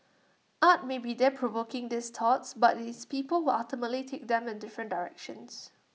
art may be there provoking these thoughts but IT is people who ultimately take them in different directions